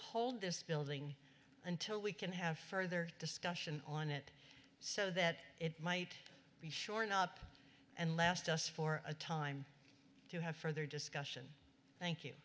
hold this building until we can have further discussion on it so that it might be shorn up and last us for a time to have further discussion thank you